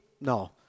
No